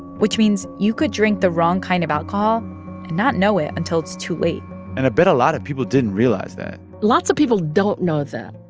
which means you could drink the wrong kind of alcohol and not know it until it's too late and i bet a lot of people didn't realize that lots of people don't know that,